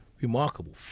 remarkable